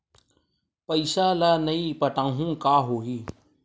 पईसा ल नई पटाहूँ का होही?